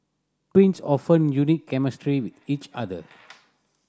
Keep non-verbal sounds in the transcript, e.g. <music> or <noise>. twins often unique chemistry with each other <noise>